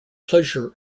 pleasure